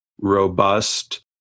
robust